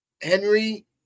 Henry